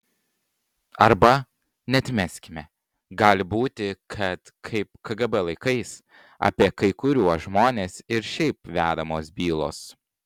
arba neatmeskime gali būti kad kaip kgb laikais apie kai kuriuos žmones ir šiaip vedamos bylos